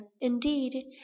Indeed